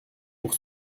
pour